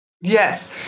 Yes